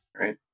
Right